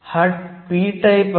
एकूण रुंदी 130 नॅनोमीटर आहे